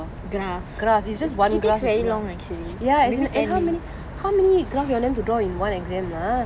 graph it takes very long actually